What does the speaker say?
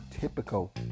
typical